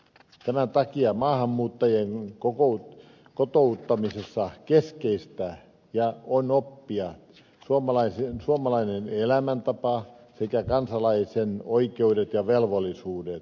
tämän takia maahanmuuttajien kotouttamisessa keskeistä on oppia suomalainen elämäntapa sekä kansalaisen oikeudet ja velvollisuudet